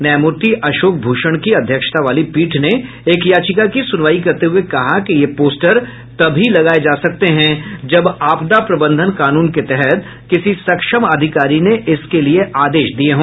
न्यायमूर्ति अशोक भूषण की अध्यक्षता वाली पीठ ने एक याचिका की सुनवाई करते हुए कहा कि ये पोस्टर तभी लगाये जा सकते हैं जब आपदा प्रबंधन कानून के तहत किसी सक्षम अधिकारी ने इसके आदेश दिये हो